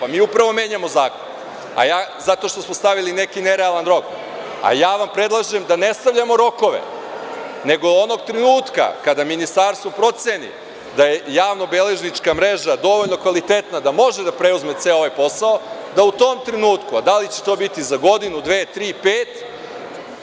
Pa, mi upravo menjamo zakon zato što smo stavili neki nerealan rok, a ja vam predlažem da ne stavljamo rokove, nego onog trenutka kada Ministarstvo proceni da je javno beležnička mreža dovoljno kvalitetna da može da preuzme ceo ovaj posao, da u tom trenutku, a da li će to biti za godinu, dve, tri, pet,